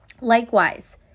likewise